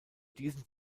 diesen